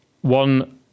One